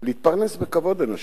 להתפרנס בכבוד אנשים רצו.